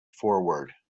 forward